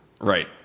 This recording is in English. Right